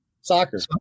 Soccer